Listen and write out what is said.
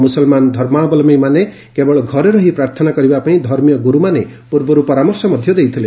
ମୁସଲ୍ମାନ ଧର୍ମାବଲମ୍ଭୀମାନେ କେବଳ ଘରେ ରହି ପ୍ରାର୍ଥନା କରିବାପାଇଁ ଧର୍ମୀୟ ଗୁରୁମାନେ ପୂର୍ବରୁ ପରାମର୍ଶ ଦେଇଥିଲେ